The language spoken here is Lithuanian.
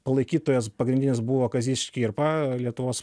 palaikytojas pagrindinis buvo kazys škirpa lietuvos